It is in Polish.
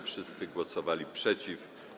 Wszyscy głosowali przeciw.